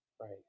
right